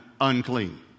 unclean